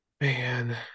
Man